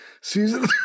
season